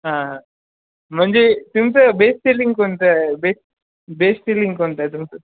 हा म्हणजे तुमचं बेस सेलिंग कोणतं आहे बेस बेस सिलिंग कोणता आहे तुमचं